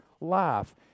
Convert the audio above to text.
life